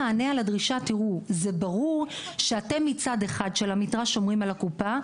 זה ברור שאתם מצד אחד של המתרס שומרים על הקופה,